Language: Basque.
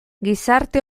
gizarte